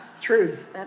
Truth